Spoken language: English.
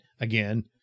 again